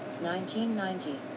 1990